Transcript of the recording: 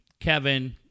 Kevin